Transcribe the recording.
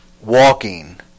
walking